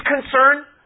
concern